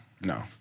No